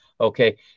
Okay